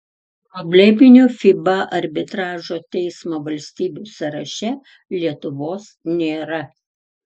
probleminių fiba arbitražo teismo valstybių sąraše lietuvos nėra